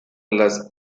las